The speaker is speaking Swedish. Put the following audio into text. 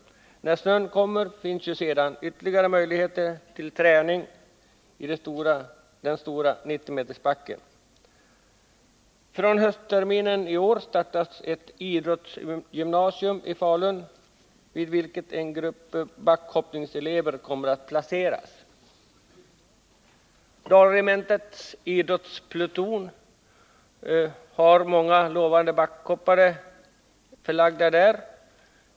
När snön kommer finns ju sedan ytterligare möjligheter till träning i den stora 90-metersbacken. Från höstterminen i år startas ett idrottsgymnasium i Falun, i vilket en grupp backhoppningselever kommer att placeras. Vid Dalregementets idrottspluton gör många lovande backhoppare sin värnplikt.